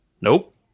Nope